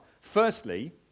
Firstly